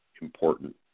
important